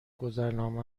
گذرنامه